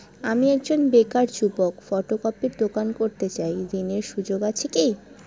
আমি একজন বেকার যুবক ফটোকপির দোকান করতে চাই ঋণের সুযোগ আছে কি?